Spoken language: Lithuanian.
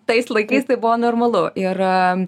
tais laikais tai buvo normalu ir